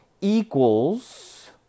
equals